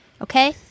Okay